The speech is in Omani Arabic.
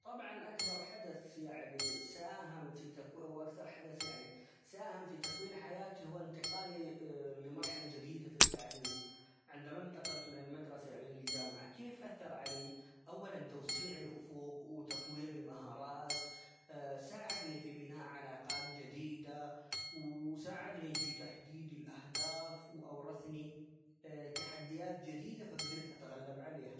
طبعا أكبر حدث يعني ساهم في -تكو- وأكثر حدث يعني ساهم في تكوين حياتي هو إنتقالي لمرحلة جديدة في التعليم عندما انتقلت من المدرسة للجامعة، كيف أثر علي ؟ أولًا توسيع الأفق وتطوير المهارات ،ساعدني في بناء علاقات جديدة ،-و- وساعدني في تحديد الأهداف وأورثنى تحديات جديدة فقدرت أتغلب عليها.